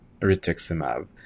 rituximab